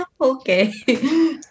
okay